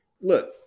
Look